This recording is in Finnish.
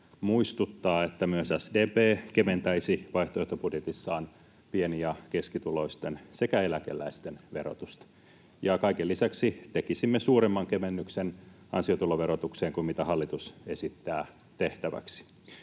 muistuttaa, että myös SDP keventäisi vaihtoehtobudjetissaan pieni- ja keskituloisten sekä eläkeläisten verotusta, ja kaiken lisäksi tekisimme suuremman kevennyksen ansiotuloverotukseen kuin mitä hallitus esittää tehtäväksi.